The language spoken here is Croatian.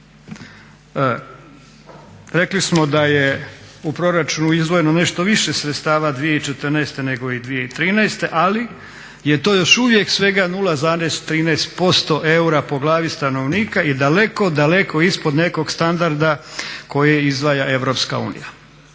Rekli smo da je u proračunu izdvojeno nešto više sredstava 2014.nego i 2013., ali je to još uvijek svega 0,13% eura po glavi stanovnika i daleko, daleko ispod nekog standarda koji izdvaja EU. EU izdvaja